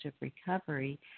recovery